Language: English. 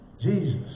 Jesus